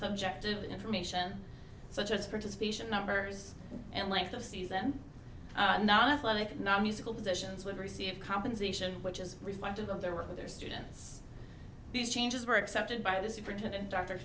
subjective information such as participation numbers and like to see them non athletic nonmusical positions would receive compensation which is reflected on their work or their students these changes were accepted by the superintendent dr